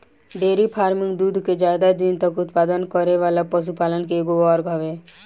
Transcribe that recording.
dairy farming दूध के ज्यादा दिन तक उत्पादन करे वाला पशुपालन के एगो वर्ग हवे